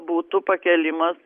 būtų pakėlimas